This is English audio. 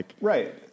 Right